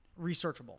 researchable